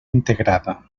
integrada